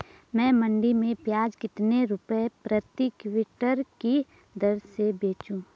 मैं मंडी में प्याज कितने रुपये प्रति क्विंटल की दर से बेचूं?